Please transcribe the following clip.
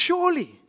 Surely